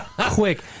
Quick